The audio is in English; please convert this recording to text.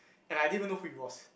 and I didn't even know who he was